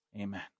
Amen